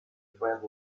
friend